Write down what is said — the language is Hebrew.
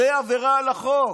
זו עבירה על החוק,